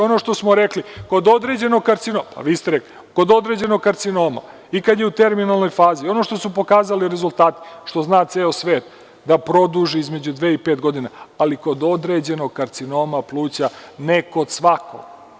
Ono što smo rekli, kod određenog karcinoma, pa vi ste rekli, kod određenog karcinoma i kad je u terminalnoj fazi, ono što su pokazali rezultati, što zna ceo svet, da produži između i dve i pet godina, ali kod određenog karcinoma pluća, ne kod svakog.